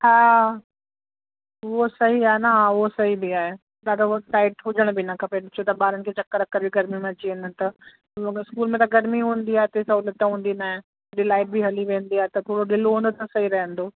हा उहो सही आहे न उहो सही बि आहे ॾाढो टाइट हुजण बि न खपनि छो त ॿारनि खे चकर वकर बि गर्मीअ में अची वेंदा आहिनि त हुन में स्कूल में त गर्मी हूंदी आहे हेतिरी सहूलियत हूंदी न आहे वरी लाइट बि हली वेंदी आहे त थोरो ढिलो हूंदो त सही रहंदो